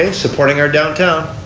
ah supporting our downtown.